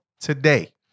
today